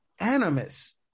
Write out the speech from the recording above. animus